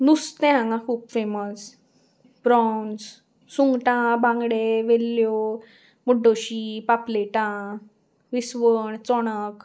नुस्तें हांगा खूब फेमस प्रोन्स सुंगटां बांगडे वेल्ल्यो मुड्डोशी पापलेटां विस्वण चणक